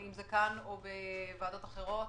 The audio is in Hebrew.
אם כאן ואם בוועדות אחרות.